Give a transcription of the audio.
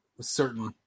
certain